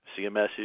CMS